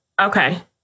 Okay